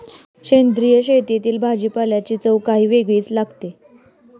सेंद्रिय शेतातील भाजीपाल्याची चव काही वेगळीच लागते